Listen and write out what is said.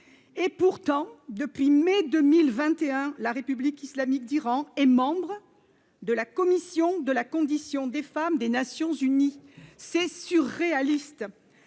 et pourtant depuis mai 2021, la République islamique d'Iran et membre de la commission de la condition des femmes des Nations-Unies, c'est surréaliste,